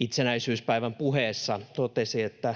itsenäisyyspäivän puheessa totesi, että